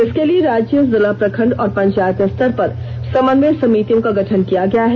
इसके लिए राज्य जिला प्रखंड और पंचायत स्तर पर समन्वय समितियों का गठन किया गया है